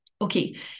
Okay